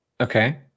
Okay